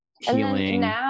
healing